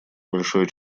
большое